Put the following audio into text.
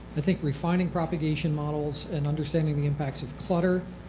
i think refining propagation models and understanding the impacts of clutter